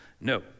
no